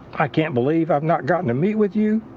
i can't believe i have not gotten to meet with you,